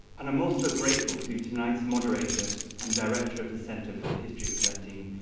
and i'm also grateful to tonight's moderator and director of the center for the history of collecting,